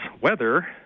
weather